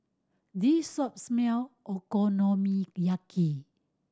this shop smell Okonomiyaki